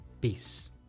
peace